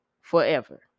Forever